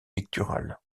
pictural